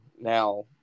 Now